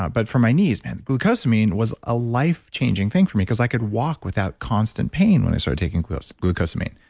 but for my knees, man, glucosamine was a life changing thing for me because i could walk without constant pain when i started taking glucosamine.